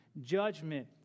judgment